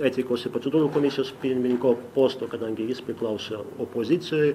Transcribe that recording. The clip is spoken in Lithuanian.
etikos ir procedūrų komisijos pirmininko posto kadangi jis priklausio opozicijoj